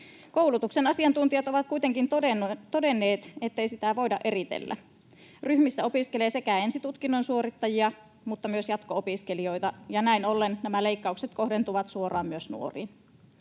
Koulutuksen asiantuntijat ovat kuitenkin todenneet, ettei sitä voida eritellä. Ryhmissä opiskelee sekä ensitutkinnon suorittajia että myös jatko-opiskelijoita, ja näin ollen nämä leikkaukset kohdentuvat suoraan myös nuoriin.